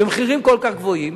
במחירים כל כך גבוהים,